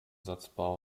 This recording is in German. satzbau